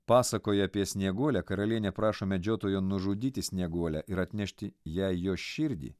pasakoje apie snieguolę karalienė prašo medžiotojo nužudyti snieguolę ir atnešti jai jo širdį